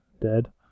dead